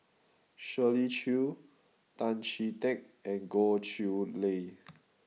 Shirley Chew Tan Chee Teck and Goh Chiew Lye